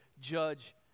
judge